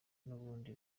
n’ubundi